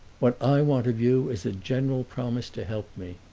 what i want of you is a general promise to help me.